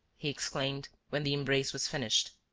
he exclaimed, when the embrace was finished.